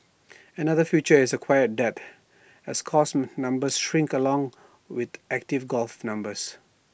another future is A quiet death as course numbers shrink along with active golfer numbers